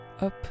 Up